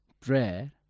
prayer